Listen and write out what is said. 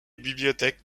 bibliothèque